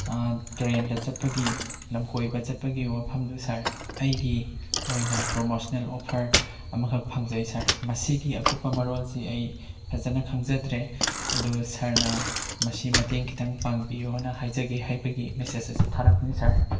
ꯇ꯭ꯔꯦꯟꯗ ꯆꯠꯄꯒꯤ ꯂꯝꯀꯣꯏꯕ ꯆꯠꯄꯒꯤ ꯋꯥꯐꯝꯗꯨ ꯁꯥꯔ ꯑꯩꯒꯤ ꯑꯣꯏꯅ ꯄ꯭ꯔꯣꯃꯣꯁꯅꯦꯜ ꯑꯣꯐꯔ ꯑꯃꯈꯛ ꯐꯪꯖꯩ ꯁꯥꯔ ꯃꯁꯤꯒꯤ ꯑꯀꯨꯞꯄ ꯃꯔꯣꯜꯁꯦ ꯑꯩ ꯐꯖꯅ ꯈꯪꯖꯗ꯭ꯔꯦ ꯑꯗꯨ ꯁꯥꯔꯅ ꯃꯁꯤ ꯃꯇꯦꯡ ꯈꯤꯇꯪ ꯄꯥꯡꯕꯤꯌꯣꯅ ꯍꯥꯏꯖꯒꯦ ꯍꯥꯏꯕꯒꯤ ꯃꯦꯁꯦꯖ ꯑꯁꯤ ꯊꯥꯔꯛꯄꯅꯤ ꯁꯥꯔ